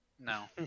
No